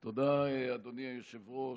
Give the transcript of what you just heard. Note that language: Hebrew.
תודה, אדוני היושב-ראש.